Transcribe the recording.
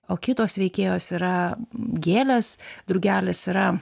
o kitos veikėjos yra gėlės drugelis yra